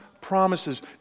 promises